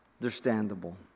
understandable